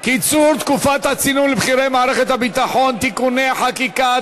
קיצור תקופת הצינון לבכירי מערכת הביטחון (תיקוני חקיקה),